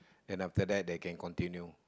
then after that they can continue